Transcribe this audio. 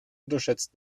unterschätzt